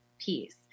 piece